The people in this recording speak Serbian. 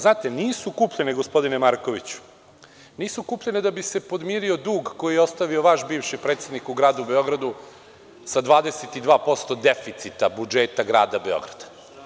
Znate, nisu kupljene, gospodine Markoviću da bi se podmirio dug koji je ostavio vaš bivši predsednik u gradu Beogradu sa 22% deficita budžeta grada Beograda.